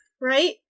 Right